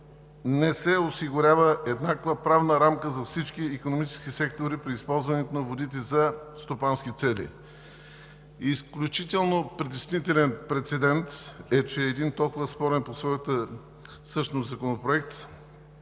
не се осигурява еднаква правна рамка за всички икономически сектори при използването на водите за стопански цели. Изключително притеснителен прецедент е, че един толкова спорен по своята същност Законопроект